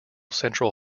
central